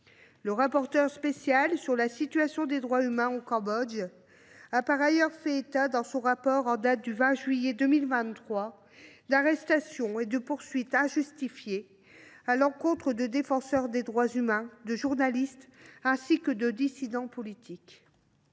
Le rapporteur spécial sur la situation des droits de l’homme au Cambodge a par ailleurs fait état, dans son rapport en date du 20 juillet 2023, d’arrestations et de poursuites injustifiées à l’encontre de défenseurs des droits humains, de journalistes ainsi que de dissidents politiques.